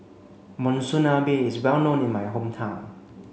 Monsunabe is well known in my hometown